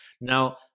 Now